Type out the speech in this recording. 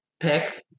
pick